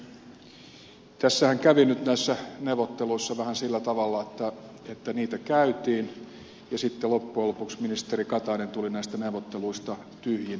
näissä neuvotteluissahan kävi vähän sillä tavalla että niitä käytiin ja sitten loppujen lopuksi ministeri katainen tuli neuvotteluista tyhjin käsin takaisin